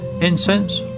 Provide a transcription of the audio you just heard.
incense